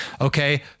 Okay